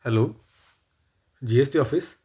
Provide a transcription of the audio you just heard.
hello G S T office